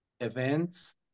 events